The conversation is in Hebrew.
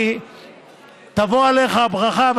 תבוא עליך הברכה,